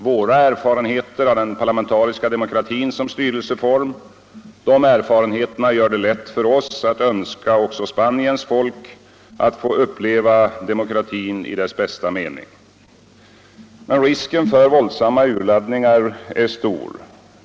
Våra erfarenheter av den parlamentariska demokratin som styrelseform gör det lätt för oss att önska också Spaniens folk att få uppleva demokratin i dess bästa mening. Men risken för våldsamma urladdningar är stor.